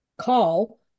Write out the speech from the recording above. call